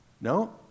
No